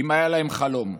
אם היה להם חלום.